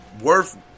worth